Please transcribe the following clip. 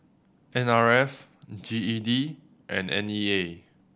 N R F G E D and N E A